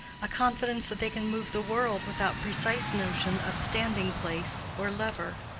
a confidence that they can move the world without precise notion of standing-place or lever.